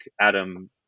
Adam